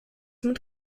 mit